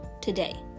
today